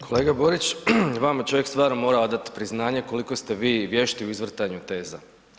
Kolega Borić vama čovjek stvarno mora odati priznanje koliko ste vi vješti u izvrtanju teza.